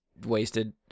wasted